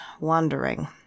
wandering